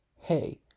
Hey